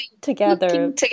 together